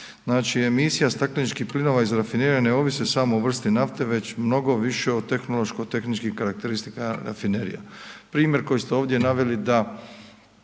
Znači, emisija stakleničkih plinova iz rafinerije ne ovisi samo o vrsti nafte, nego mnogo više o tehnološko tehničkim karakteristikama rafinerija. Primjer koji ste ovdje naveli da,